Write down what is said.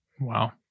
wow